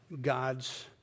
God's